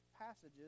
passages